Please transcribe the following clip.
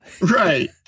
Right